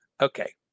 Okay